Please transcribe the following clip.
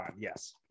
yes